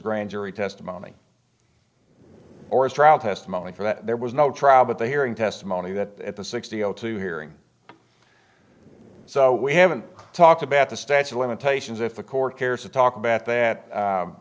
grand jury testimony or as trial testimony for that there was no trial but the hearing testimony that at the sixty zero two hearing so we haven't talked about the statue of limitations if the court cares to talk about that